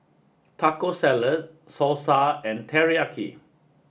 Taco Salad Salsa and Teriyaki